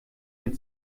mehr